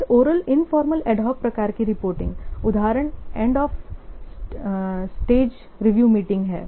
फिर oral informal ad hoc प्रकार की रिपोर्टिंग उदाहरण end of stage review meeting है